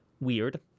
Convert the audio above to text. weird